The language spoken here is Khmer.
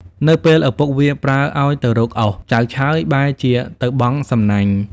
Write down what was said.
នៅពេលឪពុកវាប្រើឱ្យទៅរកឪសចៅឆើយបែរជាទៅបង់សំណាញ់ ។